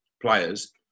players